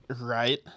Right